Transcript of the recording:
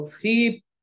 free